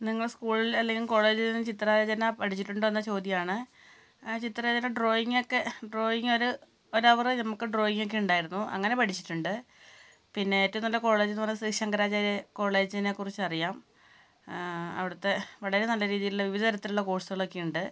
നിങ്ങൾ സ്കൂളിൽ അല്ലെങ്കിൽ കോളേജിൽ നിന്ന് ചിത്രരചന പഠിച്ചിട്ടുണ്ടോ എന്ന ചോദ്യമാണ് ചിത്രരചന ഡ്രോയിങ്ങൊക്കെ ഡ്രോയിങ്ങ് ഒരു ഒരു അവർ നമുക്ക് ഡ്രോയിങ്ങൊക്കെ ഉണ്ടായിരുന്നു അങ്ങനെ പഠിച്ചിട്ടുണ്ട് പിന്നെ ഏറ്റവും നല്ല കോളേജ് എന്ന് പറഞ്ഞാൽ ശ്രീ ശങ്കരാചാര്യ കോളേജിനെക്കുറിച്ച് അറിയാം അവിടുത്തെ വളരെ നല്ല രീതിയിലുള്ള വിവിധതരത്തിലുള്ള കോഴ്സുകളൊക്കെ ഉണ്ട്